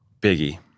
Biggie